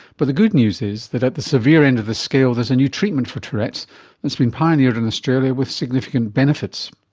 but the good news is that at the severe end of the scale there's a new treatment for tourette's that's been pioneered in australia with significant benefits.